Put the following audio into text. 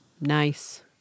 Nice